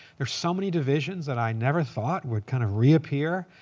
there's so many divisions that i never thought would kind of reappear.